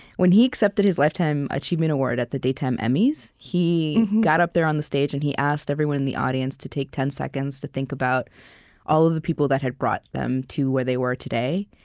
when he accepted his lifetime achievement award at the daytime emmys, he got up there on the stage, and he asked everyone in the audience to take ten seconds to think about all of the people that had brought them to where they were today.